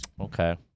Okay